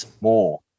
more